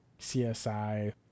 CSI-